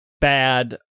bad